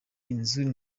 inzu